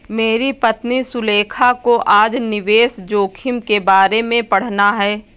मेरी पत्नी सुलेखा को आज निवेश जोखिम के बारे में पढ़ना है